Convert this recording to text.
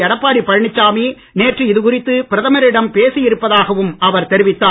எடப்பாடி பழனிசாமி நேற்று இது குறித்து பிரதமரிடம் பேசியிருப்பதாகவும் அவர் தெரிவித்தார்